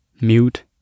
mute